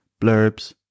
Blurbs